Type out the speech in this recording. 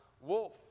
wolf